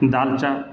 دالچا